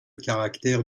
caractère